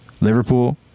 Liverpool